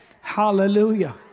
hallelujah